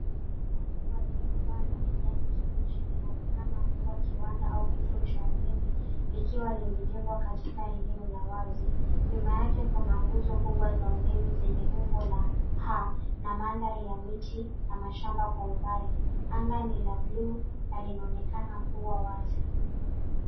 Jengo kubwa lenye paa la kijani kibichi linaonekana kuwa kiwanda au kituo cha umeme, likiwa limejengwa katika eneo la wazi. Nyuma yake kuna nguzo kubwa za umeme zenye umbo za H na mandhari ya miti na mashamba kwa umbali. Anga ni la bluu na linaonekana kuwa wazi.